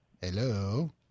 Hello